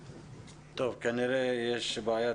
טוב, כנראה שיש בעיה טכנית.